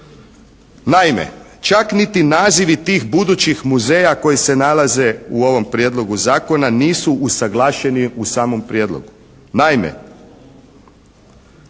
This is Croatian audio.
Naime, čak niti nazivi tih budućih muzeja koji se nalaze u ovom prijedlogu zakona nisu usuglašeni u samom prijedlogu.